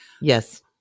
Yes